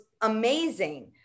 amazing